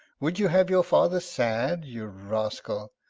would you have your father sad, you rascal?